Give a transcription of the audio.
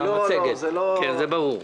זה ברור.